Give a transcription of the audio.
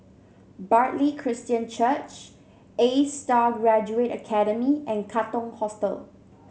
Bartley Christian Church A Star Graduate Academy and Katong Hostel